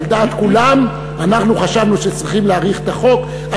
על דעת כולם אנחנו חשבנו שצריכים להאריך את החוק,